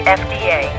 fda